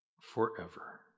forever